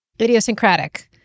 idiosyncratic